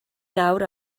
nawr